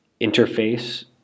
interface